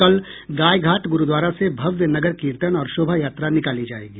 कल गाय घाट गुरुद्वारा से भव्य नगर कीर्तन और शोभा यात्रा निकाली जायेगी